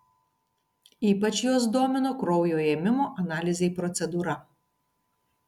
ypač juos domino kraujo ėmimo analizei procedūra